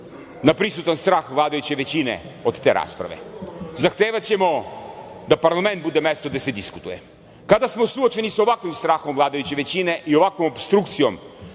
na prisutan strah vladajuće većine od te rasprave. Zahtevaćemo da parlament bude mesto gde se diskutuje. Kada smo suočeni sa ovakvim strahom vladajuće većine i ovakvom opstrukcijom,